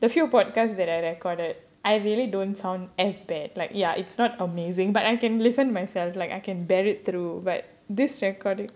the few podcast that I recorded I really don't sound as bad like ya it's not amazing but I can listen myself like I can bear it through but this recording